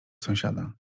sąsiada